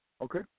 Okay